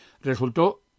resultó